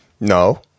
No